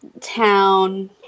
town